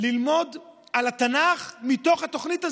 ללמוד על התנ"ך מתוך התוכנית הזאת.